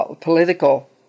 political